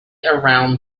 around